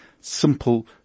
simple